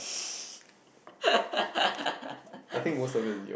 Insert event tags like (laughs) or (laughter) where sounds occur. (laughs)